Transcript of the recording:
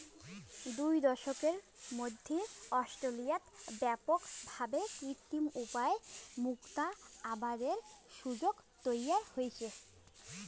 দুই দশকের মধ্যি অস্ট্রেলিয়াত ব্যাপক ভাবে কৃত্রিম উপায় মুক্তা আবাদের সুযোগ তৈয়ার হইচে